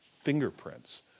fingerprints